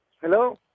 Hello